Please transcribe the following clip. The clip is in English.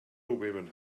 women